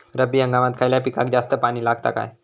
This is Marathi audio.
रब्बी हंगामात खयल्या पिकाक जास्त पाणी लागता काय?